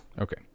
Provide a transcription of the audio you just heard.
okay